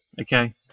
Okay